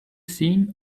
seen